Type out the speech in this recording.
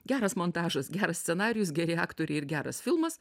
geras montažas geras scenarijus geri aktoriai ir geras filmas